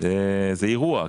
זה אירוע.